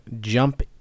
jump